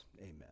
Amen